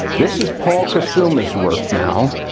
this is paul kusuma's work now,